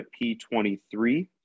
P23